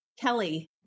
Kelly